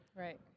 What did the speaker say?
Right